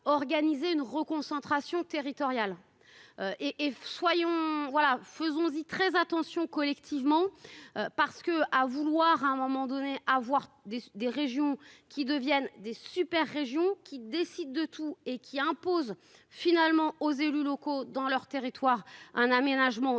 organisé une reconcentration territoriale. Et et soyons voilà faisons dit très attention collectivement. Parce que à vouloir à un moment donné à voir des, des régions qui deviennent des super-. Régions qui décide de tout et qui impose finalement aux élus locaux dans leur territoire un aménagement du